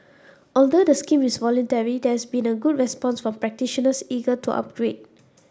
although the scheme is voluntary there has been a good response from practitioners eager to upgrade